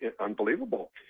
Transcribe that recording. unbelievable